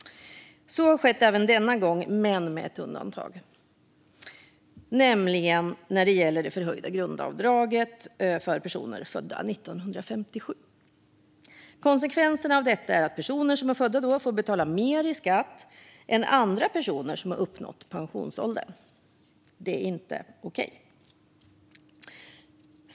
Så har skett även denna gång - men med ett undantag, nämligen när det gäller det förhöjda grundavdraget för personer födda 1957. Konsekvenserna av detta är att personer födda 1957 får betala mer i skatt än andra personer som uppnått pensionsåldern. Det är inte okej.